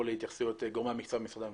להתייחסויות גורמי המקצוע במשרדי הממשלה.